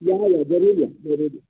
या या जरूर या जरूर या